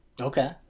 Okay